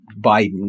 Biden